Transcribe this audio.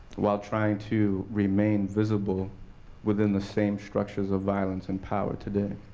while trying to remain visible within the same structures of violence and power today?